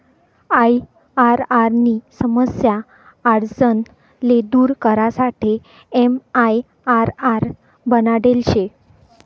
IRR नी समस्या आडचण ले दूर करासाठे एमआईआरआर बनाडेल शे